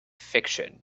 fiction